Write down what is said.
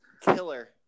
Killer